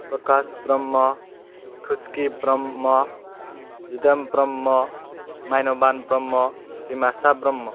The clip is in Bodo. प्रकाश ब्रह्म खुस्कि ब्रह्म दिदोम ब्रह्म मायन'बान ब्रह्म दिमासा ब्रह्म